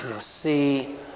see